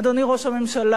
אדוני ראש הממשלה,